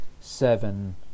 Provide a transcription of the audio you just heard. seven